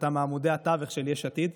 שאתה מעמודי התווך של יש עתיד.